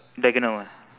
diagonal eh